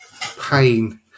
pain